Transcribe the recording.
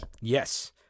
Yes